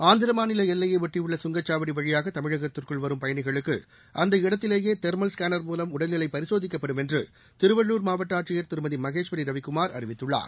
ஆந்திர மாநில எல்லையை ஒட்டியுள்ள சுங்கசாவடி வழியாக தமிழகத்திற்குள் வரும் பயணிகளுக்கு அந்த இடத்திலேயே தெர்மல் ஸ்கேனர் மூலம் உடல்நிலை பரிசோதிக்கப்படும் என்று திருவள்ளூர் மாவட்ட ஆட்சியர் திருமதி மகேஸ்வரி ரவிகுமார் அறிவித்துள்ளார்